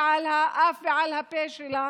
ועל האף ועל הפה שלה,